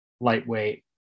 lightweight